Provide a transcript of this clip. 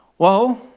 well,